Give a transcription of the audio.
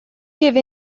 give